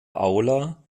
aula